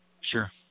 Sure